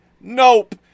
Nope